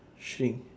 shrink